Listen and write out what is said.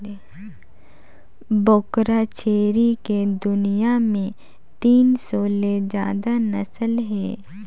बोकरा छेरी के दुनियां में तीन सौ ले जादा नसल हे